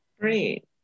Great